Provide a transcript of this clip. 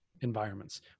environments